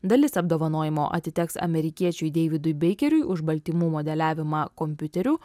dalis apdovanojimo atiteks amerikiečiui deividui beikeriui už baltymų modeliavimą kompiuteriu